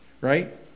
Right